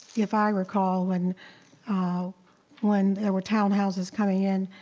if i recall, when ah when there were townhouses coming in.